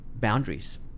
boundaries